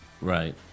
Right